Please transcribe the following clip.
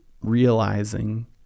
realizing